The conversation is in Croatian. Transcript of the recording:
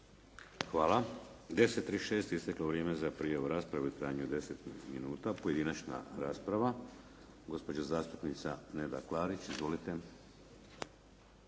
Hvala. U 10,36 je isteklo vrijeme za prijavu rasprave u trajanju od 10 minuta. Pojedinačna rasprava. Gospođa zastupnica Neda Klarić. Izvolite.